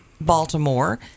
Baltimore